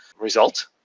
result